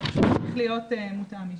זה פשוט צריך להיות מותאם אישית.